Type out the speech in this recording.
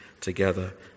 together